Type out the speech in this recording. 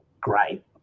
great